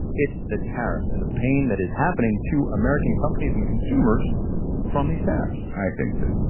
it the tariffs and the pain that is happening to american companies and consumers from these tariffs i think that,